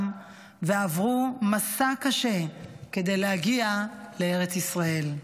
ועברו מסע קשה כדי להגיע לארץ ישראל.